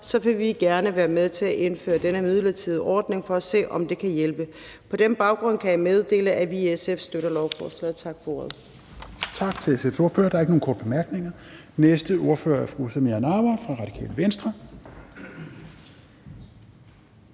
vil vi gerne være med til at indføre denne midlertidige ordning for at se, om det kan hjælpe. På den baggrund kan jeg meddele, at vi i SF støtter lovforslaget. Tak for ordet.